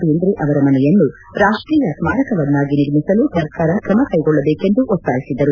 ಬೇಂದ್ರೆ ಅವರ ಮನೆಯನ್ನು ರಾಷ್ಟೀಯ ಸ್ನಾರಕವನ್ನಾಗಿ ನಿರ್ಮಿಸಲು ಸರ್ಕಾರ ಕ್ರಮ ಕೈಗೊಳ್ಳಬೇಕೆಂದು ಒತ್ತಾಯಿಸಿದರು